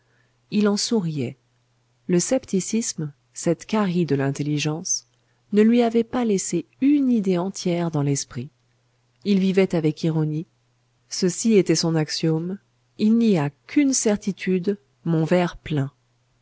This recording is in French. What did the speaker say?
il en souriait le scepticisme cette carie de l'intelligence ne lui avait pas laissé une idée entière dans l'esprit il vivait avec ironie ceci était son axiome il n'y a qu'une certitude mon verre plein